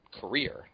career